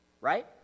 right